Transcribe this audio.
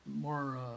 more